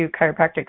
chiropractic